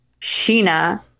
Sheena